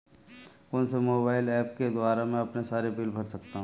कौनसे mobile apps के द्वारा मैं अपने सारे बिल भर सकता हूं?